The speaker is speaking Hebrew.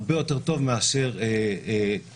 הרבה יותר טובה מאשר לחייב